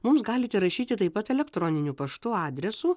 mums galite rašyti taip pat elektroniniu paštu adresu